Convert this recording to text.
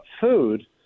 food